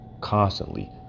constantly